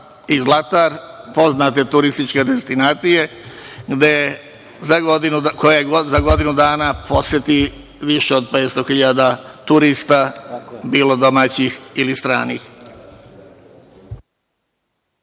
i Zlatar, poznate turističke destinacije koje za godinu dana poseti više od 500.000 turista, bilo domaćih ili stranih.